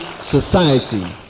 Society